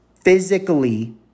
physically